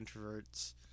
introverts